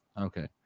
Okay